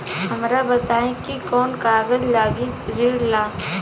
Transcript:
हमरा बताई कि कौन कागज लागी ऋण ला?